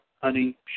Honey